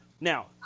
Now